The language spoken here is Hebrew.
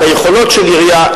עם היכולות של עירייה,